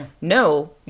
No